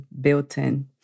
built-in